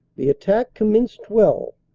the attack commenced well,